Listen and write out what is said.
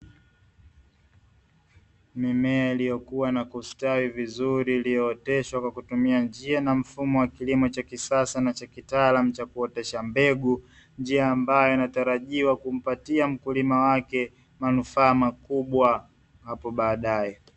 Mimea iliyokuwa na kustawi vizuri iliyooteshwa kwa kutumia njia na mfumo wa kilimo cha kisasa na cha kitaalamu cha kuotesha mbegu, njia ambayo inatarajiwa kumpatia mkulima wake manufaa makubwa hapo baadaye.